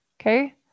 okay